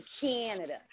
Canada